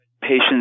patients